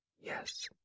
Yes